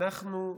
אנחנו,